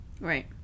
Right